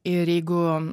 ir jeigu